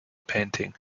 painting